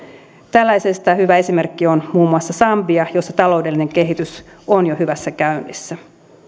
tällaisesta hyvä esimerkki on muun muassa sambia jossa taloudellinen kehitys on jo hyvässä käynnissä